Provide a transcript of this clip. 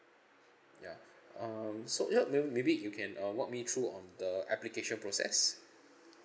ya um so you know may maybe you can uh walk me through on the application process